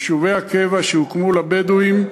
יישובי הקבע, שהוקמו לבדואים,